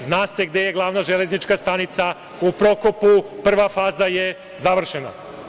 Zna se gde je Glavna železnička stanica, u Prokopu, prva faza je završena.